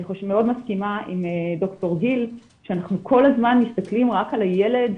אני מסכימה מאוד עם ד"ר גיל שאנחנו כל הזמן מסתכלים רק על הילד,